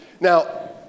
Now